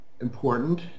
important